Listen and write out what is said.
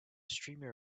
streamer